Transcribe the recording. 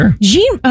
Jean